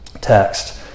text